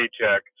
paycheck